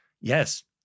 Yes